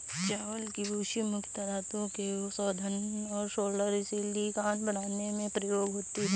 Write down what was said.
चावल की भूसी मुख्यता धातुओं के शोधन और सोलर सिलिकॉन बनाने में प्रयोग होती है